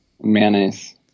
Mayonnaise